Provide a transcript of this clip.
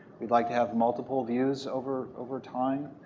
we'd like to have multiple views over over time.